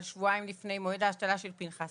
אבל שבועיים לפני מועד ההשתלה של פנחס